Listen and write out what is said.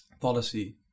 policy